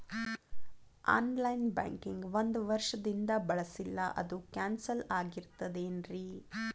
On line banking ಒಂದ್ ವರ್ಷದಿಂದ ಬಳಸಿಲ್ಲ ಅದು ಕ್ಯಾನ್ಸಲ್ ಆಗಿರ್ತದೇನ್ರಿ?